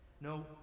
No